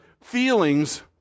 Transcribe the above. feelings